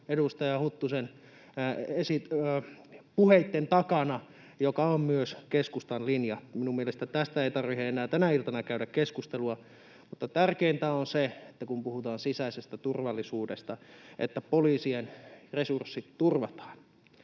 edustaja Huttusen puheitten takana, jotka ovat myös keskustan linja. Minun mielestäni tästä ei tarvitse enää tänä iltana käydä keskustelua. Tärkeintä on se — kun puhutaan sisäisestä turvallisuudesta — että poliisien resurssit turvataan.